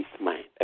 mind